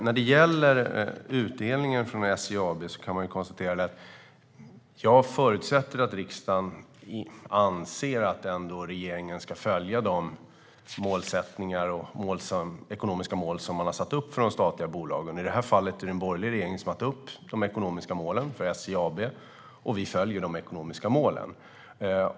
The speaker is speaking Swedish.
När det gäller utdelningen från SJ AB förutsätter jag att riksdagen anser att regeringen ska följa de målsättningar och ekonomiska mål som har satts upp för de statliga bolagen. I det här fallet är det en borgerlig regering som har satt upp de ekonomiska målen för SJ AB, och vi följer de ekonomiska målen.